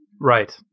Right